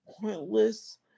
pointless